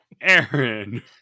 aaron